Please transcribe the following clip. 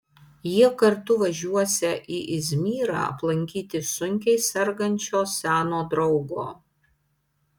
jie kartu važiuosią į izmyrą aplankyti sunkiai sergančio seno draugo